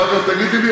אחר כך תגידי לי,